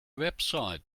website